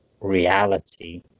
reality